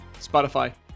Spotify